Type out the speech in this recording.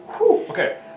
Okay